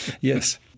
Yes